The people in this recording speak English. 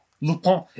Lupin